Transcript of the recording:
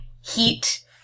Heat